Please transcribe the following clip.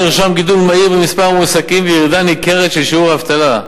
נרשם גידול מהיר במספר המועסקים וירידה ניכרת של שיעור האבטלה,